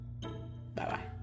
Bye-bye